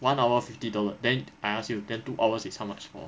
one hour fifty dollar then I ask you then two hours is how much for